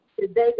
today